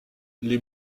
les